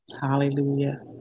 Hallelujah